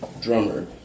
drummer